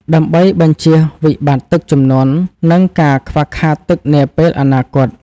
ដើម្បីបញ្ជៀសវិបត្តិទឹកជំនន់ និងការខ្វះខាតទឹកនាពេលអនាគត។